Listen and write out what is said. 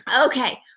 Okay